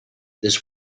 this